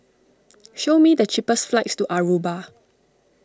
show me the cheapest flights to Aruba